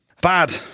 Bad